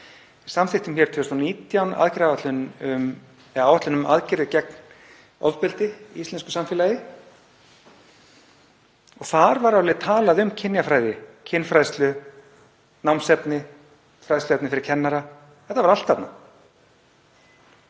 samþykktum hér 2019 áætlun um aðgerðir gegn ofbeldi í íslensku samfélagi. Þar var talað um kynjafræði, kynfræðslu, námsefni, fræðsluefni fyrir kennara. Þetta var allt þarna.